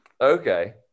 Okay